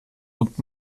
und